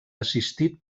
assistit